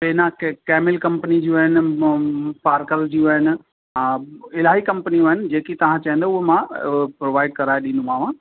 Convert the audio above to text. पेनां कंहिं कंहिं महिल कंपनी जूं आहिनि मों म पार्कल जूं आहिनि हा इलाही कंपनियूं आहिनि जेकी तव्हां चवंदव उहो मां प्रोवाइड कराए ॾींदोमांव